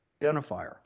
identifier